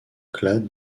clade